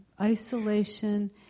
isolation